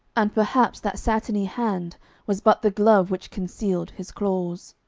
and perhaps that satiny hand was but the glove which concealed his claws.